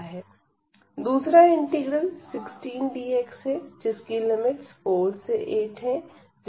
दूसरा integral 16 dx है जिसकी लिमिट्स 4 से 8है